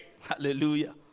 hallelujah